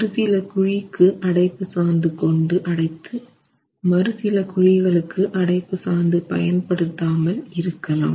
ஒரு சில குழிக்கு அடைப்பு சாந்து கொண்டு அடைத்து மறு சில குழிகளுக்கு அடைப்பு சாந்து பயன் படுத்தாமல் இருக்கலாம்